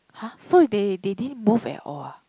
!huh! so they they didn't move at all ah